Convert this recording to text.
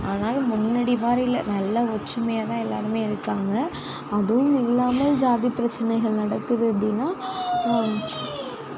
ஆனாலும் முன்னாடி மாதிரியில்ல நல்ல ஒற்றுமையாக தான் எல்லாருமே இருக்காங்க அதுவும் இல்லாமல் ஜாதி பிரச்சனைகள் நடக்குது அப்படின்னா